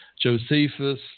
Josephus